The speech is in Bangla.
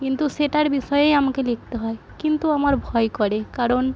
কিন্তু সেটার বিষয়েই আমাকে লিখতে হয় কিন্তু আমার ভয় করে কারণ